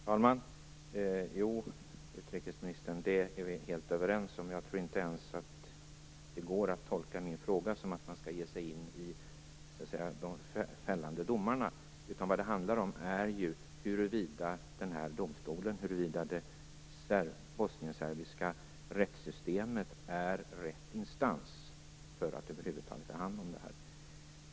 Herr talman! Det är vi helt överens om, utrikesministern. Jag tror inte ens att det går att tolka min fråga som att man skall ge sig in i de fällande domarna. Vad det handlar om är huruvida domstolen och det bosnienserbiska rättssystemet är rätt instans för att över huvud taget ta hand om det här fallet.